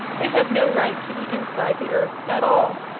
they have no right to be inside the earth at all.